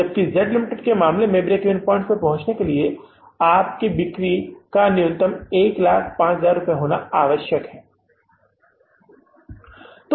Z Ltd के मामले में ब्रेक इवन पॉइंट्स तक पहुंचने के लिए आपको बिक्री का न्यूनतम मूल्य 105000 बेचना होगा